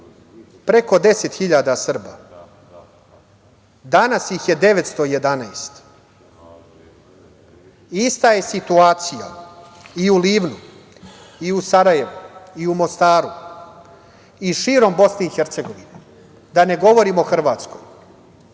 preko 10 hiljada Srba. Danas ih je 911.Ista je situacija i u Livnu i u Sarajevu i u Mostaru, i širom BiH, da ne govorim o Hrvatskoj.